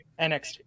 NXT